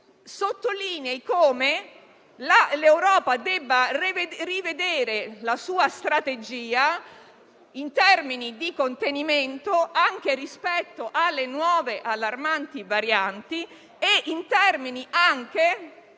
sottolinei come l'Europa debba rivedere la sua strategia in termini di contenimento, anche rispetto alle nuove allarmanti varianti, nonché in termini di